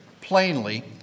plainly